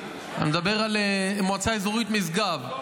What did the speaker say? אני מדבר על מועצה אזורית משגב,